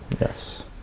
Yes